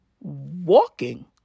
walking